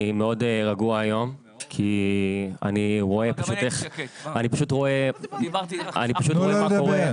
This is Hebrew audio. אני מאוד רגוע היום כי אני פשוט רואה מה קורה.